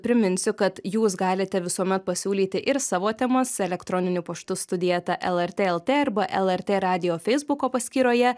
priminsiu kad jūs galite visuomet pasiūlyti ir savo temas elektroniniu paštu studija eta lrt lt arba lrt radijo feisbuko paskyroje